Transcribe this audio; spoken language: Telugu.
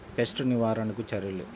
పెస్ట్ నివారణకు చర్యలు?